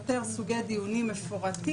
לשלוח את העורך דין שלהם לבית המשפט העליון,